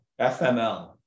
FML